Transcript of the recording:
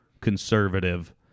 conservative